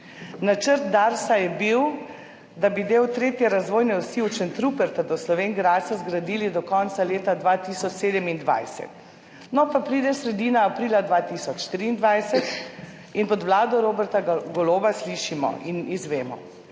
Načrt Darsa je bil, da bi del tretje razvojne osi od Šentruperta do Slovenj Gradca zgradili do konca leta 2027. No, pa pride sredina aprila 2023 in pod vlado Roberta Goloba slišimo in izvemo: